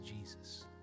Jesus